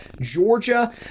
Georgia